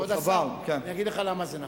כבוד השר, אני אגיד לך למה זה נפל,